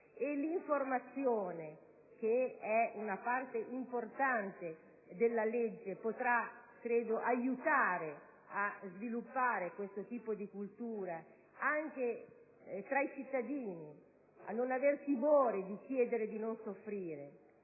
e l'informazione, che è una parte importante della legge, potrà - credo - aiutare a sviluppare questo tipo di cultura anche tra i cittadini, al fine di non aver timore di chiedere di non soffrire,